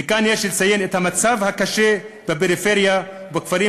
וכאן יש לציין את המצב הקשה בפריפריה ובכפרים